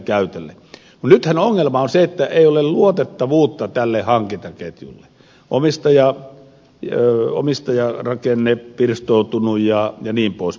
nythän ongelma on se että ei ole luotettavuutta tälle hankintaketjulle omistaja ja omistajan rakenne pirstoutuu omistajarakenne on pirstoutunut jnp